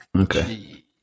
Okay